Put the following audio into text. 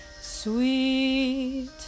sweet